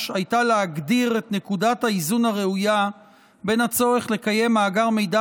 הייתה להגדיר את נקודת האיזון הראויה בין הצורך לקיים מאגר מידע